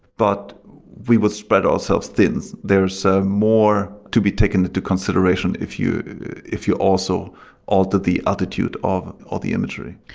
but we would spread ourselves thin. there's ah more to be taken to to consideration if you if you also alter the attitude of ah auto imagery.